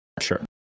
sure